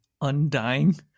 Undying